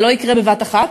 זה לא יקרה בבת אחת,